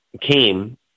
came